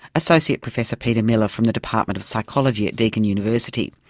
associate professor peter miller from the department of psychology at deakin university.